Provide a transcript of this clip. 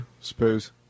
suppose